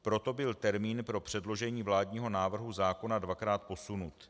Proto byl termín pro předložení vládního návrhu zákona dvakrát posunut.